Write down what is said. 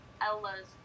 Ella's